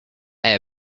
air